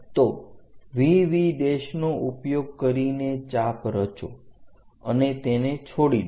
તો VV નો ઉપયોગ કરીને ચાપ રચો અને તેને છોડી દો